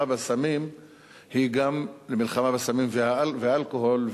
בסמים היא גם למלחמה בסמים ובאלכוהול,